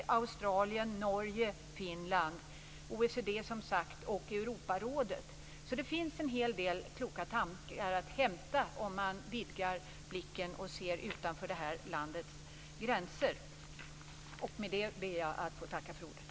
I Australien, Norge, Finland och inom OECD och Europarådet pågår också arbete. Det finns alltså en hel del kloka tankar att hämta om man vidgar blicken och ser utanför detta lands gränser. Med detta ber jag att få tacka för ordet.